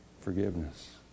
forgiveness